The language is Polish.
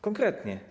Konkretnie.